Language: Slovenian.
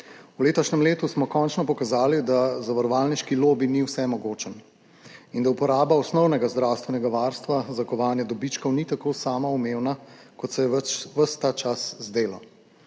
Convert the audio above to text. V letošnjem letu smo končno pokazali, da zavarovalniški lobi ni vsemogočen in da uporaba osnovnega zdravstvenega varstva za kovanje dobičkov ni tako samoumevna, kot se je ves ta čas zdelo.